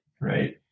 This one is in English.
right